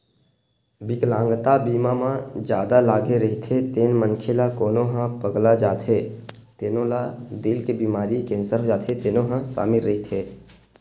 बिकलांगता बीमा म जादा लागे रहिथे तेन मनखे ला कोनो ह पगला जाथे तेनो ला दिल के बेमारी, केंसर हो जाथे तेनो ह सामिल रहिथे